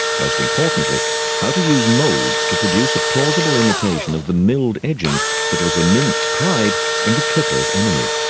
most importantly how to use moulds to produce a plausible imitation of the milled edging that was the mint's pride and the clippers' enemy.